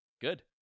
Good